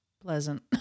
pleasant